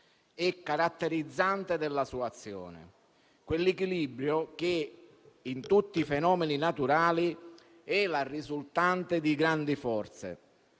e caratterizzante la sua azione, quell'equilibrio che in tutti i fenomeni naturali è la risultante di grandi forze,